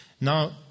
Now